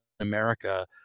america